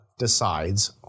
Decides